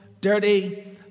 dirty